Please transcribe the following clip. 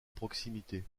proximité